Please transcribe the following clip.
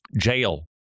jail